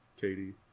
Katie